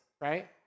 right